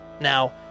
Now